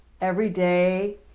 everyday